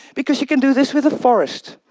because you can do this with a forest,